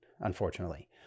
unfortunately